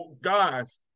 guys